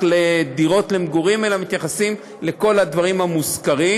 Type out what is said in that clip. לדירות למגורים אלא מתייחסים לכל הדברים המושכרים.